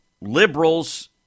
liberals